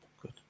Good